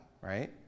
right